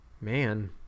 man